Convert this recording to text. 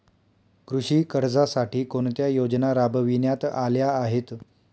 कृषी कर्जासाठी कोणत्या योजना राबविण्यात आल्या आहेत?